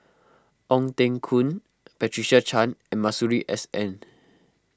Ong Teng Koon Patricia Chan and Masuri S N